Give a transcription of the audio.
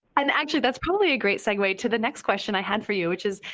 um actually, that's probably a great segue to the next question i had for you, which is,